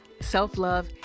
self-love